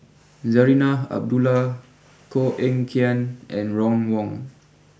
Zarinah Abdullah Koh Eng Kian and Ron Wong